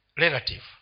relative